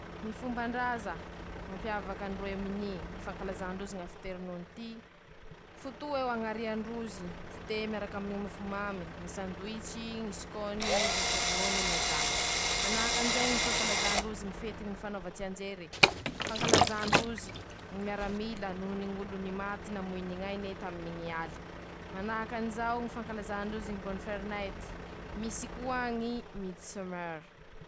ñy fombandraza mampiavaka ndrôiô miny: Fankalaza ndrozy ñy afternoon ty, foto eo añaria ndrozy dité miarak'aminy mofo mamy, ñy sandoitsy, ñy sikôny misy ronono na jama, manahakan'izay ñy fankalazà ndrozy ñy fetiny fanaova tsianjere, fankalazà ndrozy ñy miaramila noho ñ'olo maty namoy ñy aine taminy ñy aly, manahakan'izao ñy fankalazà ndrozy ñy bôroferineity, misy koa ñy midsemere.